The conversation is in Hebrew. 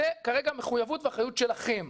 זה כרגע מחויבות ואחריות שלכם.